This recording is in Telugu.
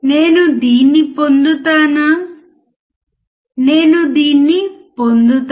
మనము కొలిచినప్పుడు ఇన్పుట్ మరియు అవుట్పుట్ వోల్టేజ్ పరిధిని అర్థం చేసుకోవచ్చు